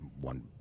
one